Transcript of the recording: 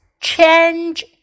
change